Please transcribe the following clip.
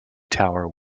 tower